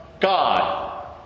God